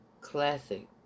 Classic